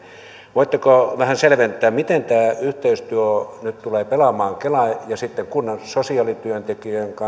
voitteko vähän selventää miten tämä yhteistyö nyt tulee pelaamaan kelan ja sitten kunnan sosiaalityöntekijöiden